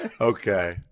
Okay